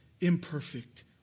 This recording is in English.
imperfect